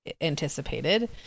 anticipated